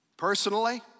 Personally